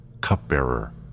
cup-bearer